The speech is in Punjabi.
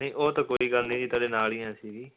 ਨਹੀਂ ਉਹ ਤਾਂ ਕੋਈ ਗੱਲ ਨਹੀਂ ਜੀ ਤੁਹਾਡੇ ਨਾਲ ਹੀ ਹਾਂ ਅਸੀਂ ਵੀ